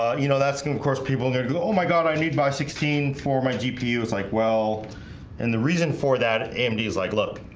you know that's gonna of course people there go oh my god. i need my sixteen for my gpu it's like well and the reason for that amd is like look